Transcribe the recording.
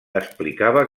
explicava